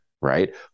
Right